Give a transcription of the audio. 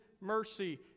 mercy